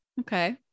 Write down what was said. Okay